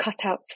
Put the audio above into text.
cutouts